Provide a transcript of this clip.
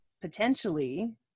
potentially